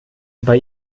bei